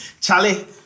Charlie